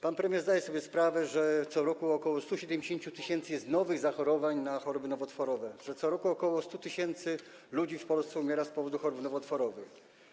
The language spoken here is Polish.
Pan premier zdaje sobie sprawę, że co roku jest ok. 170 tys. nowych zachorowań na choroby nowotworowe, że co roku ok. 100 tys. ludzi w Polsce umiera z powodu chorób nowotworowych.